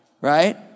right